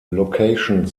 location